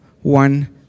one